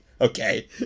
Okay